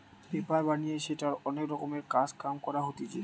paper বানিয়ে সেটার অনেক রকমের কাজ কাম করা হতিছে